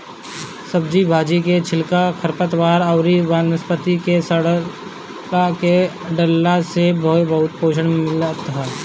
सब्जी भाजी के छिलका, खरपतवार अउरी वनस्पति के सड़आ के डालला से भी बहुते पोषण मिलत ह